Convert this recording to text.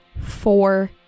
four